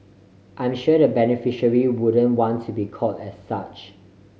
I'm sure the beneficiary wouldn't want to be called as such